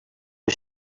his